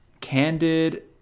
candid